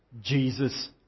Jesus